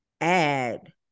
add